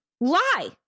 lie